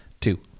two